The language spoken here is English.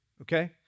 okay